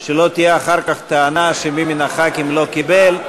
שלא תהיה אחר כך טענה שמי מחברי הכנסת לא קיבל.